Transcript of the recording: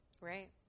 Right